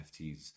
NFTs